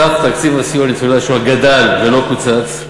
סך תקציב הסיוע לניצולי השואה גדל ולא קוצץ,